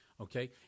okay